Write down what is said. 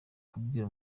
kubwira